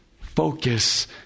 focus